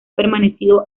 permanecido